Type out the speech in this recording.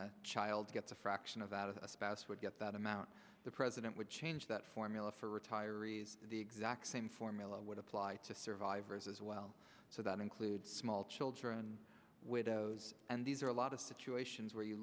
a child gets a fraction of that of a spouse would get that amount the president would change that formula for retirees the exact same formula would apply to survivors as well so that includes small children widows and these are a lot of situations where you